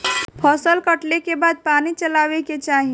फसल कटले के बाद पानी चलावे के चाही